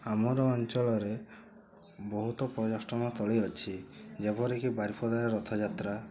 ଆମର ଅଞ୍ଚଳରର ବହୁତ ପର୍ଯ୍ୟଟନ ସ୍ଥଳୀ ଅଛି ଯେପରିକି ବାରିପଦାରେ ରଥ ଯାତ୍ରା